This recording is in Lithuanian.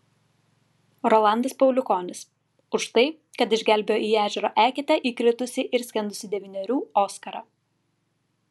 rolandas pauliukonis už tai kad išgelbėjo į ežero eketę įkritusį ir skendusį devynerių oskarą